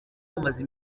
kamaze